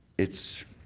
it's